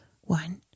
One